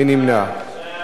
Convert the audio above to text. מי נמנע?